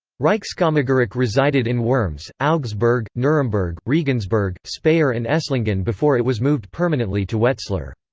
reichskammergericht resided in worms, augsburg, nuremberg, regensburg, speyer and esslingen before it was moved permanently to wetzlar.